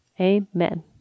Amen